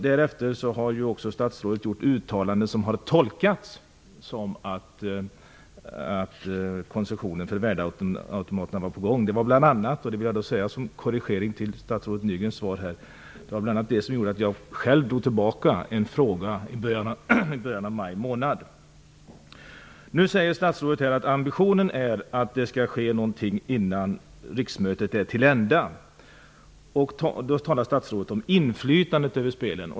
Därefter har statsrådet också gjort uttalanden som har tolkats som att koncession för värdeautomater var på gång. Jag vill som korrigeringen till statsrådet Nygrens svar här säga att det bl.a. var det som gjorde att jag själv drog tillbaka en fråga i början av maj månad. Nu säger statsrådet att ambitionen är att det skall ske någonting innan riksmötet är till ända. Statsrådet talar då om inflytande över spelen.